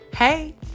Hey